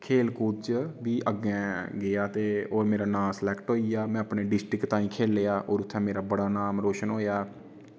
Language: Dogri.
खेल कूद च बी अग्गें गेआ ते होर मेरा नांऽ सलेक्ट होई गेआ में अपने डिस्ट्रिक्ट ताईं खेलआ होर उत्थे मेरा बड़ा नाम रोशन होएआ